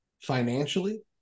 financially